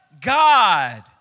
God